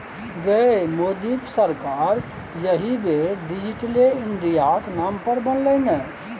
गै मोदीक सरकार एहि बेर डिजिटले इंडियाक नाम पर बनलै ने